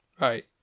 Right